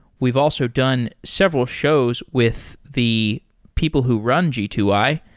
we've also done several shows with the people who run g two i,